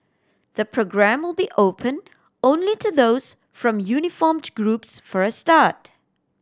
the programme will be open only to those from uniformed groups for a start